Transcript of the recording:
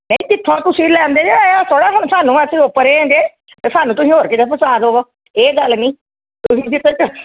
ਨਹੀਂ ਜਿੱਥੋਂ ਤੁਸੀਂ ਲੈਂਦੇ ਹੋ ਇਹ ਉਹ ਥੋੜ੍ਹਾ ਹੁਣ ਸਾਨੂੰ ਅਸੀਂ ਓਪਰੇ ਹੈਂਗੇ ਅਤੇ ਸਾਨੂੰ ਤੁਸੀਂ ਹੋਰ ਕਿਤੇ ਫਸਾ ਦੇਵੋ ਇਹ ਗੱਲ ਨਹੀਂ ਤੁਸੀਂ ਜਿੱਥੇ ਚ